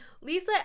Lisa